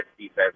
defense